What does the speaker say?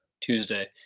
Tuesday